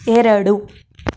ಎರಡು